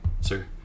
sir